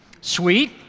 Sweet